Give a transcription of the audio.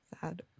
Sad